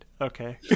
Okay